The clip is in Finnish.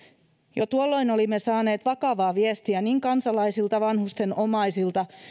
jo tuolloin olimme saaneet vakavaa viestiä niin kansalaisilta vanhusten omaisilta